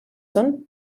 són